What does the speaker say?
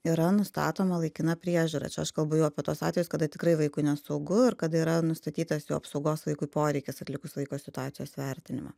yra nustatoma laikina priežiūra čia aš kalbu jau apie tuos atvejus kada tikrai vaikui nesaugu ir kada yra nustatytas jo apsaugos vaikui poreikis atlikus vaiko situacijos vertinimą